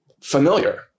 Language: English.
familiar